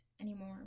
anymore